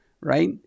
right